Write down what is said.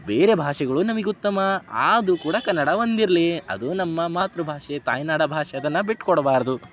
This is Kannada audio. ಬೇರೆ ಭಾಷೆಗಳು ನಮಗೆ ಉತ್ತಮ ಆದ್ರೂ ಕೂಡ ಕನ್ನಡ ಒಂದು ಇರಲಿ ಅದು ನಮ್ಮ ಮಾತೃ ಭಾಷೆ ತಾಯ್ನಾಡ ಭಾಷೆ ಅದನ್ನು ಬಿಟ್ಟುಕೊಡ್ಬಾರ್ದು